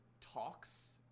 talks